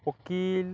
କୋକିିଲ୍